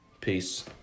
Peace